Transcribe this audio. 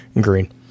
Green